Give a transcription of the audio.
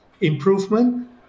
improvement